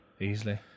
easily